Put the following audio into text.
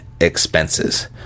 expenses